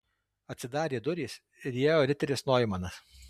atsidarė durys ir įėjo riteris noimanas